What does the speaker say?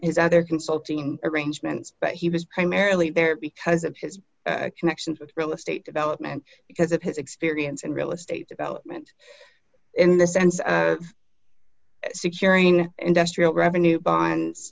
his other consulting arrangements but he was primarily there because of his action actions and real estate development because of his experience in real estate development in the sense of securing industrial revenue bonds